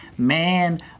Man